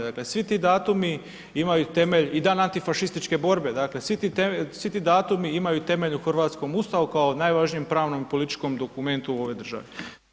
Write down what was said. Dakle svi ti datumi imaju temelj i Dan antifašističke borbe, dakle svi ti datumi imaju temelj u hrvatskom ustavu kao najvažnijem pravnom i političkom dokumentu u ovoj državi.